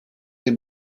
des